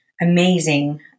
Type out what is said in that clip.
amazing